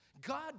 God